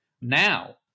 now